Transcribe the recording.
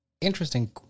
Interesting